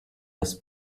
das